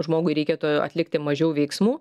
žmogui reikėtų atlikti mažiau veiksmų